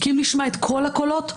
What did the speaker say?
כי אם נשמע את כל הקולות,